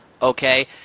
Okay